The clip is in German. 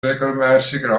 regelmäßiger